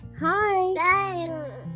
Hi